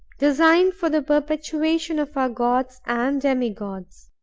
designed for the perpetuation of our gods and demi-gods.